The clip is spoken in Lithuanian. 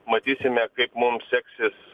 matysime kaip mums seksis